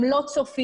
הם לא צופים,